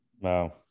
wow